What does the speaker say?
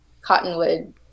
Cottonwood